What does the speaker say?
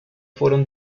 fueron